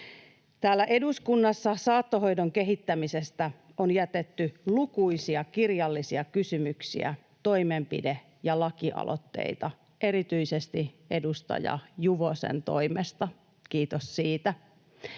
eduskunnassa saattohoidon kehittämisestä on jätetty lukuisia kirjallisia kysymyksiä, toimenpide- ja lakialoitteita, erityisesti edustaja Juvosen toimesta — kiitos siitä